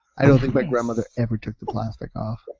i don't think my grandmother ever took the plastic off.